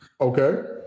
Okay